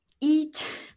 eat